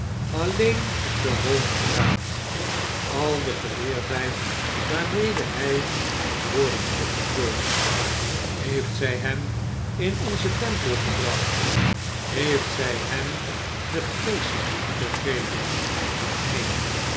alleen de honigraat al de geleerdheid waarmede hy kon worden opgevuld heeft zy hem in onzen tempel gebracht heeft zij hem den geest gegeven neen